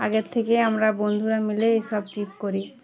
আগের থেকে আমরা বন্ধুরা মিলে এইসব ট্রিপ করি